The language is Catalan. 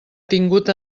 tingut